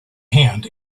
hand